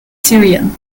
syrian